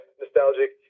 nostalgic